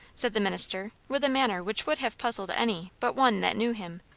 said the minister, with a manner which would have puzzled any but one that knew him,